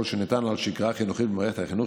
שניתן על שגרה חינוכית במערכת החינוך.